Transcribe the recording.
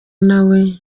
nawe